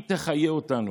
היא תחיה אותנו,